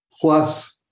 Plus